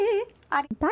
Bye